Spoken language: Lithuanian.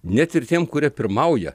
net ir tiem kurie pirmauja